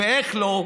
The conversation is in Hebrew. ואיך לא,